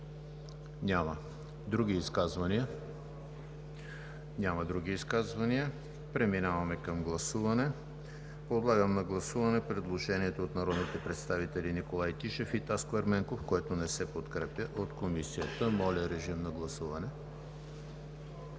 Няма. Други изказвания? Няма. Преминаваме към гласуване. Подлагам на гласуване предложението на народните представители Николай Тишев и Таско Ерменков, което не се подкрепя от Комисията. Гласували